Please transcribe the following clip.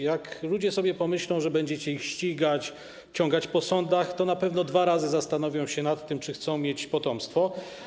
Jak ludzie sobie pomyślą, że będziecie ich ścigać, ciągać po sądach, to na pewno dwa razy zastanowią się na tym, czy chcą mieć potomstwo.